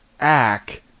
act